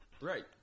right